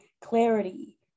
clarity